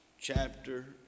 chapter